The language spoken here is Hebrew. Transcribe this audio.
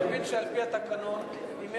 נשלח את זה לוועדת הכנסת, שתחליט לאן.